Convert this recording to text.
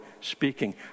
speaking